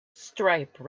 stripe